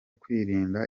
kwirinda